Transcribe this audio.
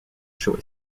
chaud